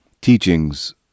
teachings